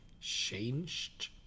changed